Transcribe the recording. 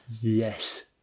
Yes